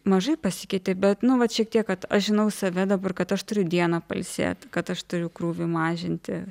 mažai pasikeitė bet nu vat šiek tiek kad aš žinau save dabar kad aš turiu dieną pailsėt kad aš turiu krūvį mažinti